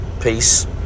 Peace